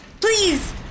Please